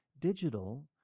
Digital